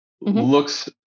looks